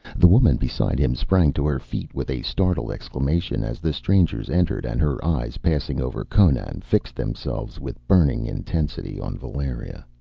the woman beside him sprang to her feet with a startled exclamation as the strangers entered, and her eyes, passing over conan, fixed themselves with burning intensity on valeria.